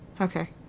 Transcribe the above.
Okay